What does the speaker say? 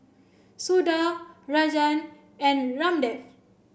Suda Rajan and Ramdev